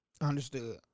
Understood